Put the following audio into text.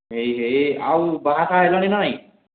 ହେଇ ହେଇ ଆଉ ବାହା ସାହା ହେଲଣି ନାଁ ନାଇଁ